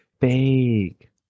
fake